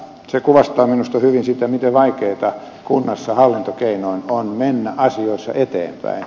se kuvastaa minusta hyvin sitä miten vaikeata kunnassa hallintokeinoin on mennä asioissa eteenpäin